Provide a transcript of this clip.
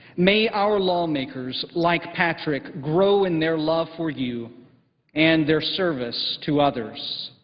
may our lawmakers, like patrick, grow in their love for you and their service to others.